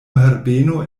herbeno